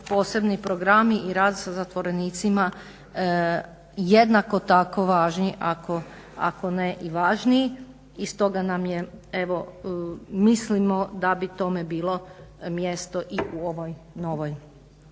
posebni programi i rad sa zatvorenicima jednako tako važni ako ne i važniji. I stoga mislimo da bi tome bilo mjesto i u ovoj novoj